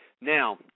Now